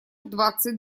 двадцать